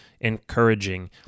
encouraging